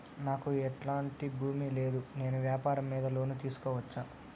నాకు ఎట్లాంటి భూమి లేదు నేను వ్యాపారం మీద లోను తీసుకోవచ్చా?